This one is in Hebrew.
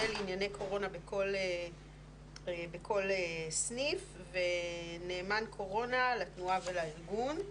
לענייני קורונה בכל סניף ונאמן קורונה לתנועה ולארגון.